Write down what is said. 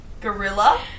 Gorilla